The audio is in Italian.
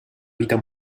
vita